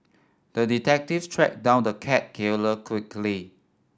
the detective tracked down the cat killer quickly